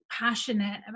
passionate